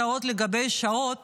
שעות על גבי שעות